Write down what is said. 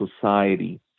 society